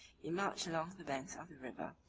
he marched along the banks of the river,